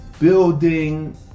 Building